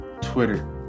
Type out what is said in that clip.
Twitter